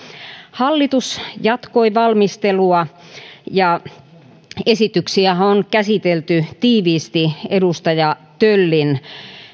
hallitus jatkoi valmistelua esityksiähän on käsitelty tiiviisti edustaja töllin